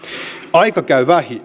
aika käy vähiin